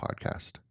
podcast